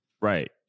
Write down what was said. Right